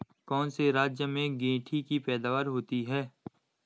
कौन से राज्य में गेंठी की पैदावार होती है?